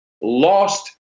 lost